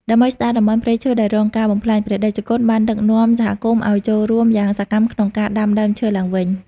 ដើម្បីស្ដារតំបន់ព្រៃឈើដែលរងការបំផ្លាញ ព្រះតេជគុណបានដឹកនាំសហគមន៍ឱ្យចូលរួមយ៉ាងសកម្មក្នុងការដាំដើមឈើឡើងវិញ។